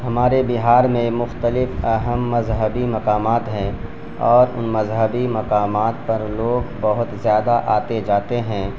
ہمارے بہار میں مختلف اہم مذہبی مقامات ہیں اور ان مذہبی مقامات پر لوگ بہت زیادہ آتے جاتے ہیں